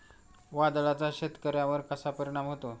वादळाचा शेतकऱ्यांवर कसा परिणाम होतो?